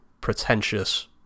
pretentious